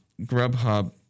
Grubhub